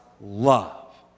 love